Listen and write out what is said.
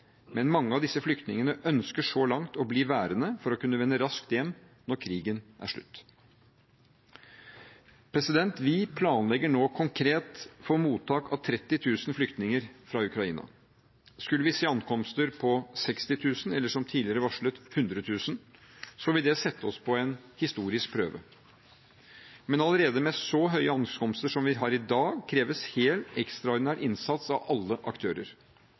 men mange av disse flyktningene ønsker så langt å bli værende for å kunne vende raskt hjem når krigen er slutt. Vi planlegger nå konkret for mottak av 30 000 flyktninger fra Ukraina. Skulle vi se ankomster på 60 000 – eller som tidligere varslet: 100 000 – vil det sette oss på en historisk prøve. Men allerede med så høye ankomster som vi har i dag, kreves helt ekstraordinær innsats av alle aktører: